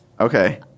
Okay